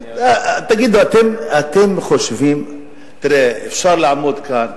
תראה, אפשר לעמוד כאן